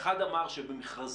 האחד אמר שבמכרזים